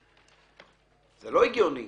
זה לא הגיוני.